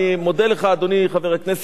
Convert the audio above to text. אדוני חבר הכנסת מיכאלי,